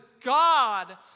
God